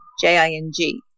J-I-N-G